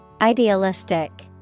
Idealistic